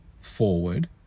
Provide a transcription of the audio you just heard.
forward